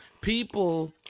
People